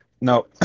no